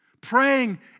Praying